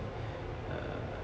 hmm